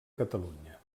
catalunya